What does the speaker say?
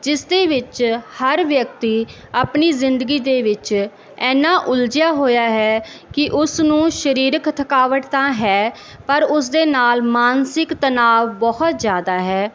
ਜਿਸ ਦੇ ਵਿੱਚ ਹਰ ਵਿਅਕਤੀ ਆਪਣੀ ਜ਼ਿੰਦਗੀ ਦੇ ਵਿੱਚ ਇੰਨਾਂ ਉਲਝਿਆ ਹੋਇਆ ਹੈ ਕਿ ਉਸ ਨੂੰ ਸਰੀਰਕ ਥਕਾਵਟ ਤਾਂ ਹੈ ਪਰ ਉਸਦੇ ਨਾਲ ਮਾਨਸਿਕ ਤਨਾਵ ਬਹੁਤ ਜ਼ਿਆਦਾ ਹੈ